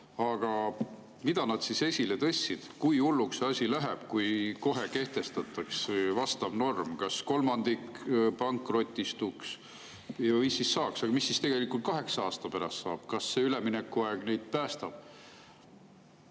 Aga mida nad siis esile tõstsid? Kui hulluks see asi läheks, kui kohe kehtestataks vastav norm? Kas kolmandik pankrotistuks ja mis siis saaks? Mis siis tegelikult kaheksa aasta pärast saab? Kas see üleminekuaeg neid päästab?